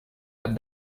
cap